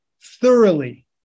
thoroughly